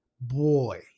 boy